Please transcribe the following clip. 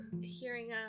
hearing